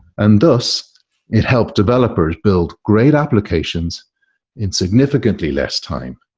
and thus it helped developers build great applications in significantly less time.